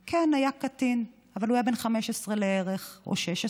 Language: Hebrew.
כן, היה קטין, אבל הוא היה בן 15 לערך, או 16,